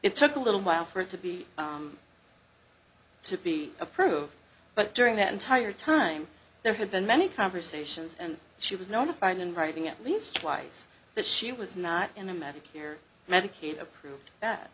it took a little while for it to be to be approved but during that entire time there had been many conversations and she was notified in writing at least twice that she was not in a medicare medicaid approved that